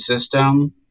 system